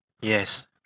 Yes